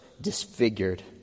disfigured